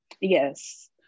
Yes